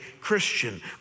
Christian